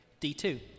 D2